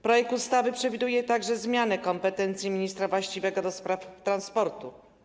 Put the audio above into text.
Projekt ustawy przewiduje także zmianę kompetencji ministra właściwego do spraw transportu.